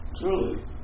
truly